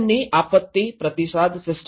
ની આપત્તિ પ્રતિસાદ સિસ્ટમ